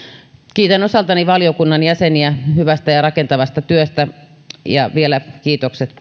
kiitän osaltani valiokunnan jäseniä hyvästä ja rakentavasta työstä ja vielä kiitokset